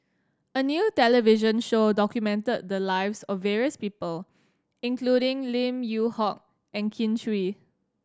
a new television show documented the lives of various people including Lim Yew Hock and Kin Chui